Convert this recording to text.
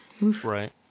right